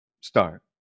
Start